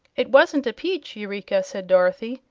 it wasn't a peach, eureka, said dorothy.